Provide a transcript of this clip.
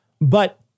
But-